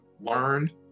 learned